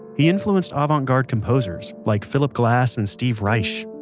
he influenced avant garde composers like phillip glass and steve reich,